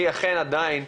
היא אכן עדיין,